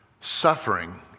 suffering